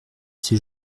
ses